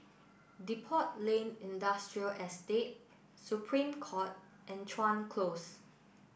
Depot Lane Industrial Estate Supreme Court and Chuan Close